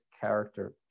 character